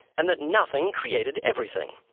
and that nothing created everything.